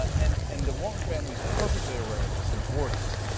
and and the walton family is perfectly aware of this, and the board is,